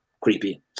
creepy